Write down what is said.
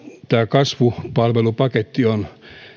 kasvupalvelupaketti on